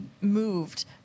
moved